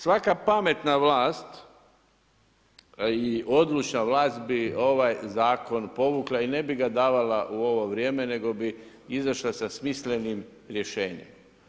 Svaka pametna vlast i odlučna vlast bi ovaj zakon povukla i ne bi ga davala u ovo vrijeme nego bi izašla sa smislenim rješenjem.